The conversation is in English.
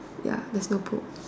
ya there's no poop